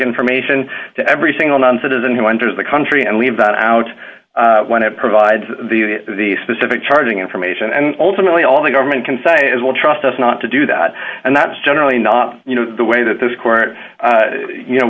information to every single non citizen who enters the country and leave that out when it provides the the specific charging information and ultimately all the government can say is will trust us not to do that and that's generally not the way that this court you know